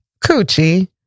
coochie